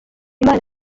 imana